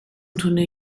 turnier